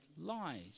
lies